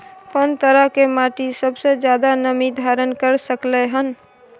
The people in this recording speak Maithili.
कोन तरह के माटी सबसे ज्यादा नमी धारण कर सकलय हन?